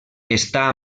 està